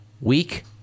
week